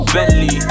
Bentley